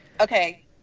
Okay